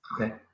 Okay